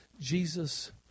Jesus